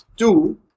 Two